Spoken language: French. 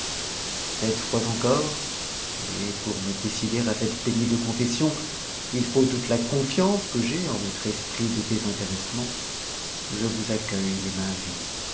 cette fois encore et pour me décider à cette pénible confession il faut toute la confiance que j'ai en votre esprit de désintéressement je vous accueille les mains vides